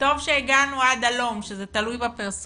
בסך הכל טוב שהגענו עד הלום, שזה תלוי בפרסונות.